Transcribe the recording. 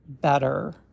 better